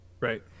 Right